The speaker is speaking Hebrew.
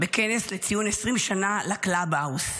בכנס לציון 20 שנה לקלאבהאוס.